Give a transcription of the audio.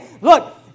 look